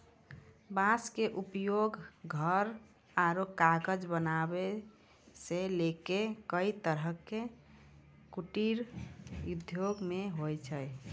बांस के उपयोग घर आरो कागज बनावै सॅ लैक कई तरह के कुटीर उद्योग मॅ होय छै